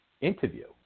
interview